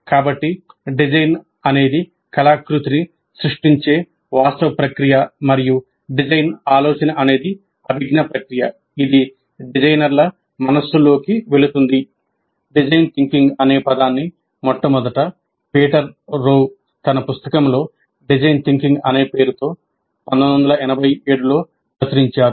కాబట్టి డిజైన్ అనేది కళాకృతిని సృష్టించే వాస్తవ ప్రక్రియ మరియు డిజైన్ ఆలోచన అనేది అభిజ్ఞా ప్రక్రియ ఇది డిజైనర్ల మనస్సుల్లోకి వెళుతుంది డిజైన్ థింకింగ్ అనే పదాన్ని మొట్టమొదట పీటర్ రోవ్ తన పుస్తకంలో డిజైన్ థింకింగ్ అనే పేరుతో 1987 లో ప్రచురించారు